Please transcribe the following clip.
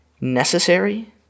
necessary